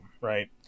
right